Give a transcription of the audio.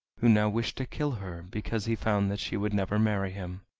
who now wished to kill her because he found that she would never marry him!